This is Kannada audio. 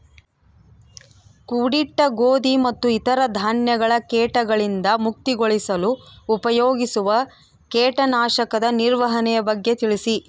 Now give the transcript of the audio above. ಕೂಡಿಟ್ಟ ಗೋಧಿ ಮತ್ತು ಇತರ ಧಾನ್ಯಗಳ ಕೇಟಗಳಿಂದ ಮುಕ್ತಿಗೊಳಿಸಲು ಉಪಯೋಗಿಸುವ ಕೇಟನಾಶಕದ ನಿರ್ವಹಣೆಯ ಬಗ್ಗೆ ತಿಳಿಸಿ?